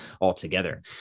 altogether